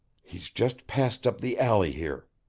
he's just passed up the alley here,